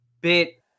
bit